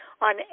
on